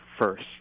first